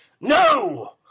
No